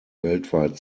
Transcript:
weltweit